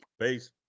Peace